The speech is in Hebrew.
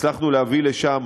הצלחנו להביא לשם